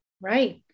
Right